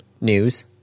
news